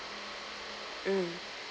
mm